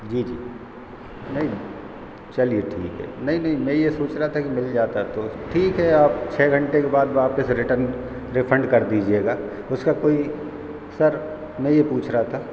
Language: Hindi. जी जी नहीं चलिए ठीक है नहीं नहीं मैं ये सोच रहा था कि मिल जाता तो ठीक है आप छः घंटे के बाद वापस रिटन रीफ़ंड कर दीजिएगा उसका कोई सर मैं ये पूछ रहा था